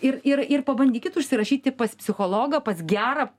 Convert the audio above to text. ir ir ir pabandykit užsirašyti pas psichologą pas gerą